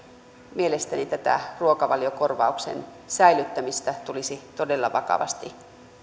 mielestäni tätä ruokavaliokorvauksen säilyttämistä tulisi todella vakavasti